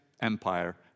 empire